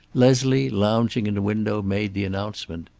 leslie, lounging in a window, made the announcement.